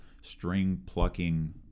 string-plucking